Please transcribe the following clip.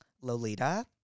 Lolita